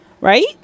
right